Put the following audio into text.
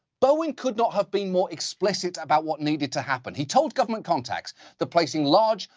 bowen could not have been more explicit about what needed to happen. he told government contacts that placing large,